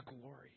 glory